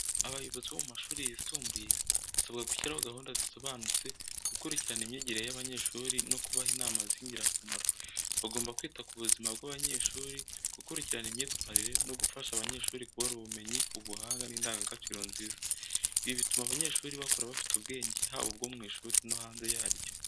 Abayobozi bo mu mashuri yisumbuye basabwa gushyiraho gahunda zisobanutse, gukurikirana imyigire y’abanyeshuri no kubaha inama z’ingirakamaro. Bagomba kwita ku buzima bw’abanyeshuri, gukurikirana imyitwarire no gufasha abanyeshuri kubona ubumenyi, ubuhanga n’indangagaciro nziza. Ibi bituma abanyeshuri bakura bafite ubwenge, haba ubwo mu ishuri no hanze yaryo.